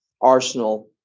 arsenal